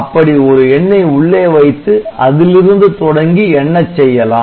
அப்படி ஒரு எண்ணை உள்ளே வைத்து அதிலிருந்து தொடங்கி எண்ணச் செய்யலாம்